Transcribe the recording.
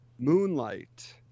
Moonlight